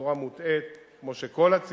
בצורה מוטעית, כמו שכל הציבור